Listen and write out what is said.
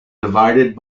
divided